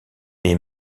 des